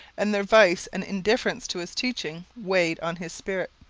and their vice and indifference to his teaching weighed on his spirit.